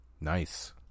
Nice